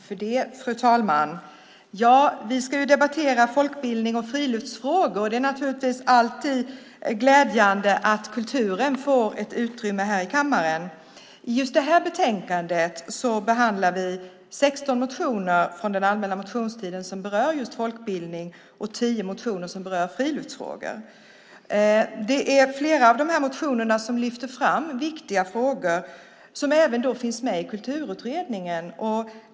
Fru talman! Vi ska debattera folkbildnings och friluftsfrågor. Det är naturligtvis alltid glädjande att kulturen får ett utrymme här i kammaren. I just det här betänkandet behandlar vi 16 motioner från den allmänna motionstiden som berör just folkbildning och 10 motioner som berör friluftsfrågor. Flera av de här motionerna lyfter fram viktiga frågor som även finns med i Kulturutredningen.